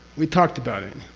we talked about it.